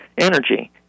energy